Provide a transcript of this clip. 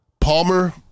Palmer